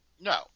No